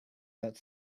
that